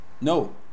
no